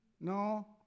No